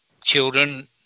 children